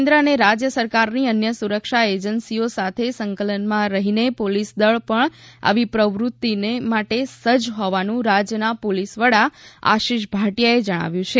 કેન્દ્ર અને રાજ્ય સરકારની અન્ય સુરક્ષા એજન્સીઓ સાથે સંકલનમાં રહીને પોલીસદળ પણ આવી પ્રવૃત્તિને માટે સજ્જ હોવાનું રાજ્યના પોલીસવડા આશિષ ભાટિયાએ જણાવ્યું છે